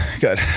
Good